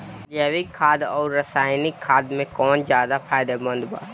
जैविक खाद आउर रसायनिक खाद मे कौन ज्यादा फायदेमंद बा?